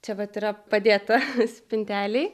čia vat yra padėta spintelėj